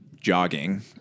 jogging